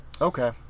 okay